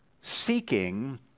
seeking